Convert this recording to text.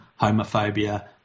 homophobia